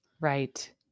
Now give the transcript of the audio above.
Right